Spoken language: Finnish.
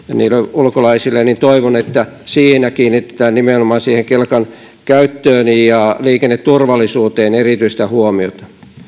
ulkolaisille niin toivon että siinä kiinnitetään nimenomaan kelkan käyttöön ja liikenneturvallisuuteen erityistä huomiota